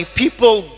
people